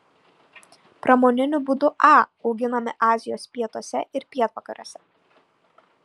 pramoniniu būdu a auginami azijos pietuose ir pietvakariuose